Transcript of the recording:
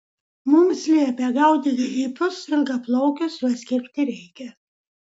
mums liepia gaudyk hipius ilgaplaukius juos kirpti reikia